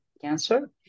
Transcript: cancer